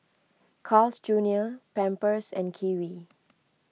Carl's Junior Pampers and Kiwi